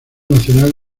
nacional